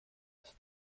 ist